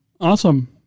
Awesome